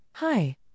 Hi